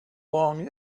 long